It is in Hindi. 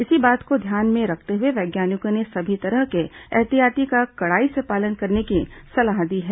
इसी बात को ध्यान में रखते हुए वैज्ञानिकों ने सभी तरह के एहतियात का कड़ाई से पालन करने की सलाह दी है